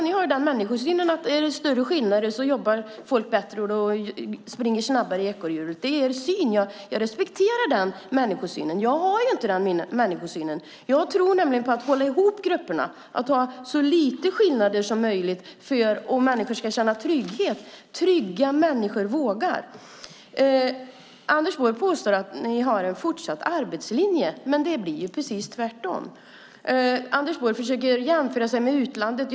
Ni har den människosynen att om skillnaderna är stora jobbar folk bättre och springer snabbare i ekorrhjulet. Det är er syn. Jag respekterar den människosynen även om jag själv inte har den. Jag tror nämligen på att hålla ihop grupperna, att ha så små skillnader som möjligt och att människor ska känna trygghet. Trygga människor vågar. Anders Borg påstår att de har en fortsatt arbetslinje, men det blir precis tvärtom. Anders Borg försöker jämföra sig med utlandet.